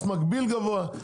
מס מקביל גבוה.